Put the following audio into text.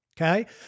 okay